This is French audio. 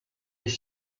les